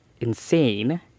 insane